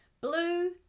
Blue